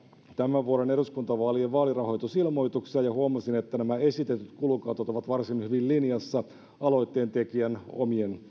tämän vuoden eduskuntavaalien vaalirahoitusilmoituksia ja huomasin että nämä esitetyt kulukatot ovat varsin hyvin linjassa aloitteentekijän omien